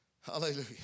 Hallelujah